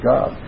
God